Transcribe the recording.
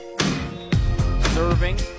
Serving